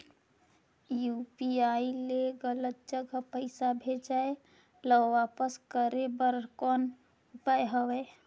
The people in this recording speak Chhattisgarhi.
यू.पी.आई ले गलत जगह पईसा भेजाय ल वापस करे बर कौन उपाय हवय?